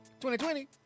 2020